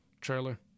trailer